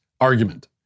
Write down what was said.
argument